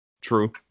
True